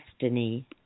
destiny